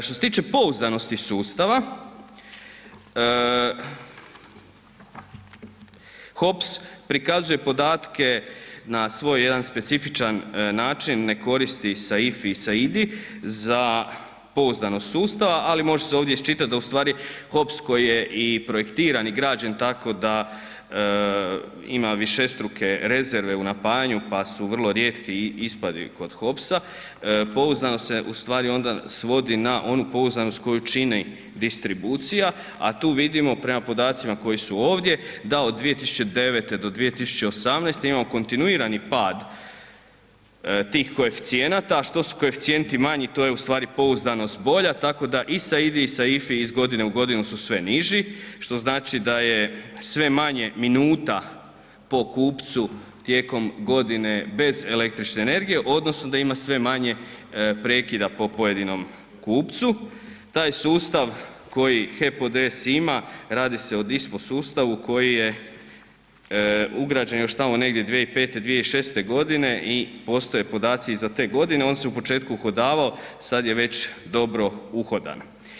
Što se tiče pouzdanosti sustava, HOPS prikazuje podatke na svoj jedan specifičan način, ne koristi SAIFI i SAIDI za pouzdanost sustava, ali može se ovdje isčitat da ustvari HOPS koji je i projektiran i građen tako da ima višestruke rezerve u napajanju, pa su vrlo rijetki ispadi kod HOPS-a, pouzdanost se u stvari onda svodi na onu pouzdanost koju čini distribucija, a tu vidimo prema podacima koji su ovdje da od 2009. do 2018. imamo kontinuirani pad tih koeficijenata, što su koeficijenti manji, to je u stvari pouzdanost bolja, tako da i SAIDI i SAIFI iz godine u godinu su sve niži, što znači da je sve manje minuta po kupcu tijekom godine bez električne energije u odnosu da ima sve manje prekida po pojedinom kupcu, taj sustav koji HEP ODS ima, radi se o DISPO sustavu koji je ugrađen još tamo negdje 2005., 2006.g. i postoje podaci i za te godine, on se u početku uhodavao, sad je već dobro uhodan.